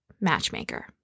matchmaker